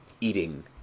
eating